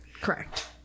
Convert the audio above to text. correct